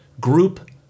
group